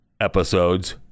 episodes